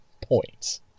points